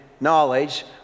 knowledge